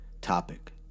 topic